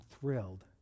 thrilled